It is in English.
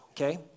okay